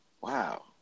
wow